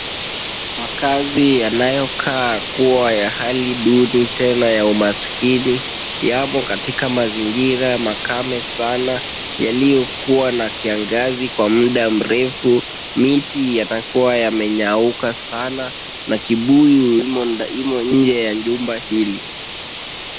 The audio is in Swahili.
Makazi yanayokaa kuwa ya hali duni tena ya umaskini, yamo katika mazingira makame sana yaliyokuwa na kiangazi kwa mda mrefu. Miti yanakuwa yamenyauka sana na kibuyu imo nje ya nyumba hili.